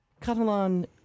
Catalan